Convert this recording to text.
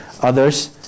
others